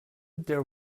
there